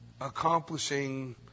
accomplishing